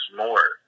more